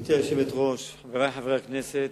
גברתי היושבת-ראש, חברי חברי הכנסת,